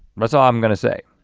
that's ah um gonna say,